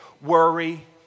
worry